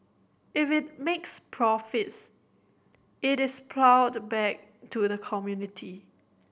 if it makes profits it is ploughed back to the community